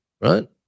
right